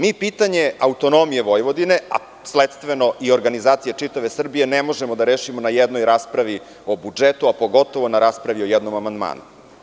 Mi pitanje autonomije Vojvodine, a sledstveno i organizacije čitave Srbije, ne možemo da rešimo na jednoj raspravi o budžetu, a pogotovo na raspravi o jednom amandmanu.